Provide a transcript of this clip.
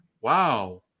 Wow